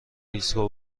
ایستگاه